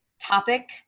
topic